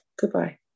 Goodbye